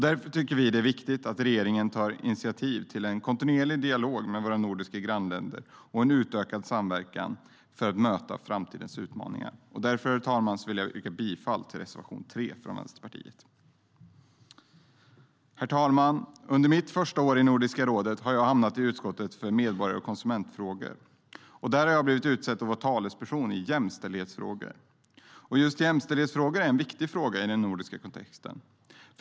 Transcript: Vi tycker att det är viktigt att regeringen tar initiativ till en kontinuerlig dialog med våra nordiska grannländer och en utökad samverkan för att möta framtidens utmaningar. Därför, herr talman, yrkar jag bifall till reservation 3 från Vänsterpartiet. Herr talman! Under mitt första år i Nordiska rådet har jag hamnat i utskottet för medborgar och konsumentfrågor. Där har jag blivit utsedd att vara talesperson i jämställdhetsfrågor. Just jämställdhetsfrågor är viktiga i den nordiska kontexten.